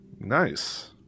Nice